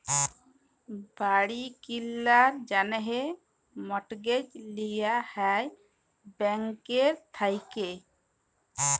বাড়ি কিলার জ্যনহে মর্টগেজ লিয়া হ্যয় ব্যাংকের থ্যাইকে